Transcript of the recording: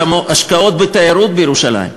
השקעות בתיירות בירושלים,